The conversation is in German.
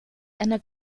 einer